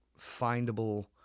findable